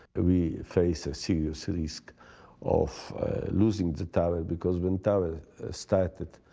we faced a serious risk of losing the tower, because when tower started